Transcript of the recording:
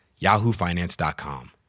yahoofinance.com